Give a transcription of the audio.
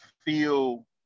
feel